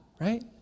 right